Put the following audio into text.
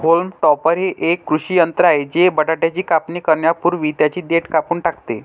haulm topper हे एक कृषी यंत्र आहे जे बटाट्याची कापणी करण्यापूर्वी त्यांची देठ कापून टाकते